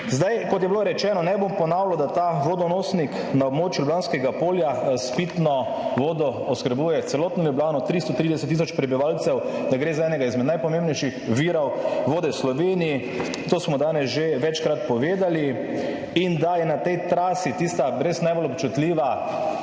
Zdaj, kot je bilo rečeno, ne bom ponavljal, da ta vodonosnik na območju Ljubljanskega polja s pitno vodo oskrbuje celotno Ljubljano, 330 tisoč prebivalcev, da gre za enega izmed najpomembnejših virov vode v Sloveniji, to smo danes že večkrat povedali, in da je na tej trasi tista res najbolj občutljiva,